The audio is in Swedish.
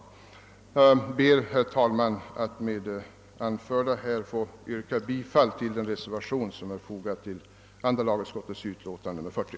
Herr talman! Jag ber med det anförda att få yrka bifall till den reservation som fogats till andra lagutskottets utlåtande nr 40.